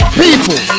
people